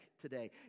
today